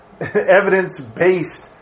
evidence-based